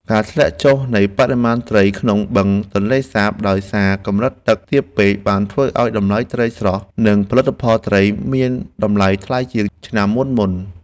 ការធ្លាក់ចុះនៃបរិមាណត្រីក្នុងបឹងទន្លេសាបដោយសារកម្រិតទឹកទាបពេកបានធ្វើឱ្យតម្លៃត្រីស្រស់ និងផលិតផលត្រីមានតម្លៃថ្លៃជាងឆ្នាំមុនៗ។